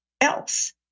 else